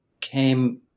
came